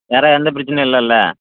வேறு எந்த பிரச்சனையும் இல்லைல்ல